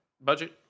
budget